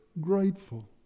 grateful